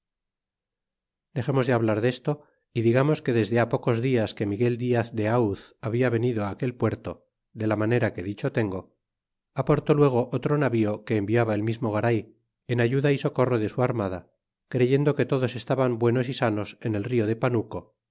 dexémos de hablar desto y digamos que desde pocos dias que miguel diaz de auz habla venido aquel puerto de la manera que dicho tengo aportó luego otro navío que enviaba el mismo garay en ayuda y socorro de su armada creyendo que todos estaban buenos y sanos en el rio de panuco